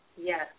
Yes